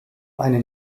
eine